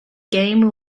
game